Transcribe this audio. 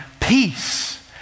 peace